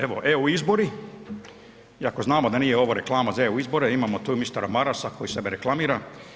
Evo, EU izbori, iako znamo da nije ovo reklama za EU izbore, imamo tu mistera Marasa koji sebe reklamira.